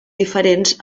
diferents